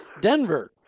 Denver